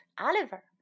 Oliver